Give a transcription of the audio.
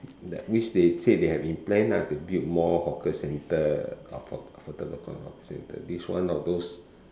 that which they say they have been planned lah to build more hawker center aff~ affordable hawker center this one of those